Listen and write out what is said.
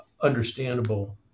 understandable